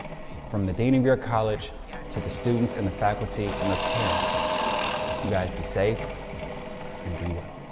from the dean of your college yeah to the students and the faculty and the parents, you guys be safe um like ah and be well.